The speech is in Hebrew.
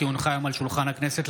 כי הונחה היום על שולחן הכנסת,